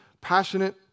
passionate